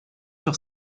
sur